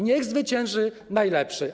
Niech zwycięży najlepszy.